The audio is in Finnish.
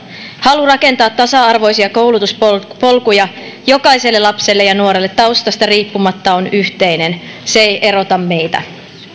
halu rakentaa tasa arvoisia koulutuspolkuja jokaiselle lapselle ja nuorelle taustasta riippumatta on yhteinen se ei erota meitä